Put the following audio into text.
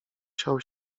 siał